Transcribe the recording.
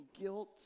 guilt